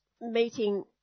meeting